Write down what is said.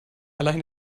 allein